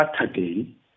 Saturday